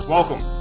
Welcome